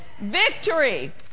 Victory